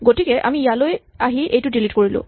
গতিকে আমি ইয়ালৈ আহি এইটো ডিলিট কৰিলোঁ